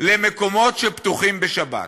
למקומות שפתוחים בשבת.